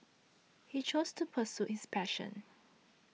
he chose to pursue his passion